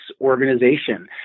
organization